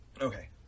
Okay